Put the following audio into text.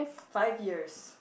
five years